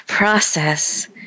Process